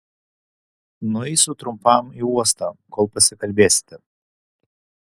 nueisiu trumpam į uostą kol pasikalbėsite